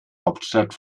hauptstadt